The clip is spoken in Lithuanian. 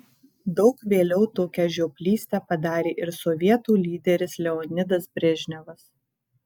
daug vėliau tokią žioplystę padarė ir sovietų lyderis leonidas brežnevas